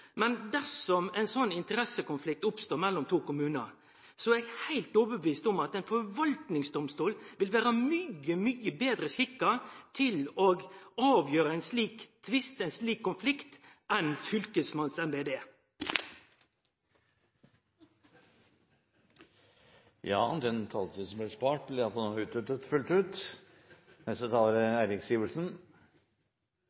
men dersom ein slik interessekonflikt oppstår mellom to kommunar, er eg heilt overtydd om at ein forvaltingsdomstol vil vere mykje, mykje betre skikka til å avgjere ein slik konflikt enn fylkesmannsembetet er. Den taletiden som ble spart, ble i alle fall utnyttet fullt ut.